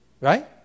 right